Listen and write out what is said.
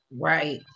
right